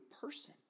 person